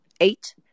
eight